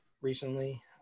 recently